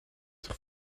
zich